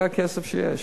זה הכסף שיש.